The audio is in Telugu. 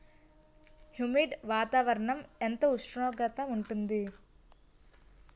హ్యుమిడ్ వాతావరణం ఎంత ఉష్ణోగ్రత ఉంటుంది?